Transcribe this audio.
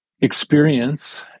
experience